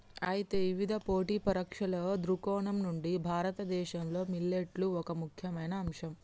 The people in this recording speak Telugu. అయితే ఇవిధ పోటీ పరీక్షల దృక్కోణం నుండి భారతదేశంలో మిల్లెట్లు ఒక ముఖ్యమైన అంశం